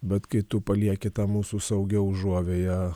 bet kai tu palieki tą mūsų saugią užuovėją